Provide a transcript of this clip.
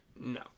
no